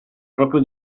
proprio